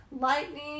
Lightning